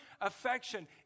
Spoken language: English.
affection